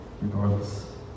regardless